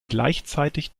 gleichzeitig